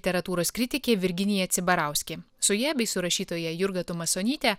teraturos kritikė virginija cibarauskė su ja bei su rašytoja jurga tumasonyte